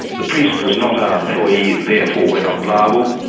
the priest was not our employee, therefore we're not liable.